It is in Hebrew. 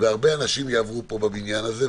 והרבה אנשים יעברו פה בבניין הזה.